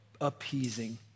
appeasing